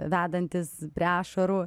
vedantis prie ašarų